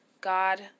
God